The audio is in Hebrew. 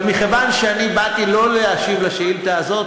אבל מכיוון שאני לא באתי להשיב על השאילתה הזאת,